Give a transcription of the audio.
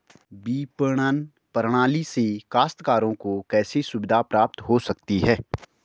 विपणन प्रणाली से काश्तकारों को कैसे सुविधा प्राप्त हो सकती है?